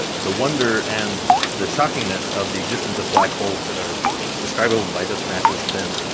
ah the wonder and the shockingness of the existence of black holes that are describable by just mass and spin,